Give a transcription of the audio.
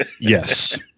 Yes